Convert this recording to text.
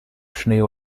schnee